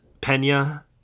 Pena